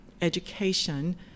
education